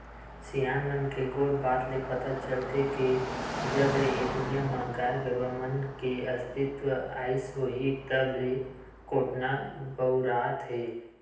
सियान मन के गोठ बात ले पता चलथे के जब ले ए दुनिया म गाय गरुवा मन के अस्तित्व आइस होही तब ले कोटना बउरात हे